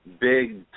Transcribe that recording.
big